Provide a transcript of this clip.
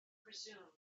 presumed